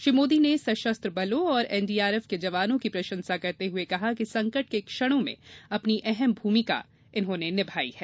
श्री मोदी ने सशस्त्र बलों और एनडीआरएफ के जवानों की प्रशंसा करते हुए कहा कि संकट के क्षणों में अपनी अहम भूमिका उन्होंने निभायी है